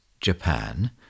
Japan